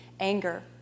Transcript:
anger